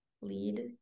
lead